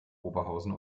oberhausen